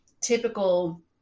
typical